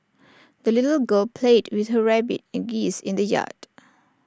the little girl played with her rabbit and geese in the yard